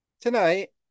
tonight